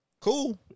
Cool